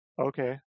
Okay